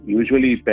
usually